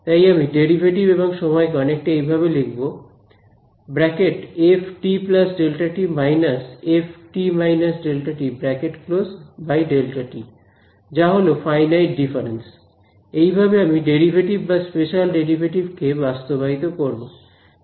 তাই আমি ডেরিভেটিভ এবং সময়কে অনেকটা এইভাবে লিখব f t Δt − f t − ΔtΔt যা হলো ফাইনাইট ডিফারেন্স এইভাবে আমি ডেরিভেটিভ বা স্পেশিয়াল ডেরিভেটিভ কে বাস্তবায়িত করব